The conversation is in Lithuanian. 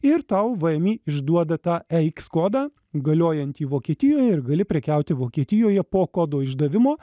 ir tau vmi išduoda tą e iks kodą galiojantį vokietijoj ir gali prekiauti vokietijoje po kodo išdavimo